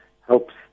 helps